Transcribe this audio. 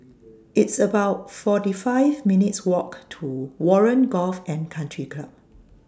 It's about forty five minutes' Walk to Warren Golf and Country Club